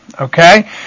Okay